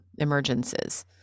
emergences